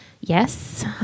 Yes